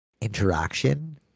interaction